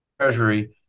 treasury